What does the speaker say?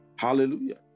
Hallelujah